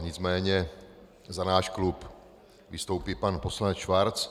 Nicméně za náš klub vystoupí pan poslanec Schwarz.